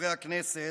חברי הכנסת,